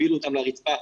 הפילו אותם על הרצפה.